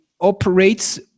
operates